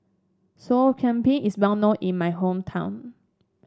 Sop Kambing is well known in my hometown